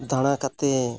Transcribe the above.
ᱫᱟᱲᱟ ᱠᱟᱛᱮᱫ